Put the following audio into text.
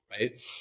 right